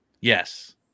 Yes